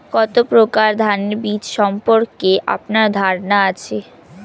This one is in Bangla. কত প্রকার ধানের বীজ সম্পর্কে আপনার ধারণা আছে?